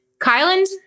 Kylan